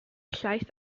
llaeth